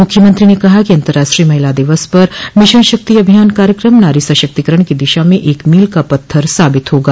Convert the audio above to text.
मुख्यमंत्री ने कहा कि अन्तर्राष्ट्रीय महिला दिवस पर मिशन शक्ति अभियान कार्यक्रम नारी सशक्तिकरण की दिशा में एक मील का पत्थर साबित होगा